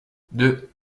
deux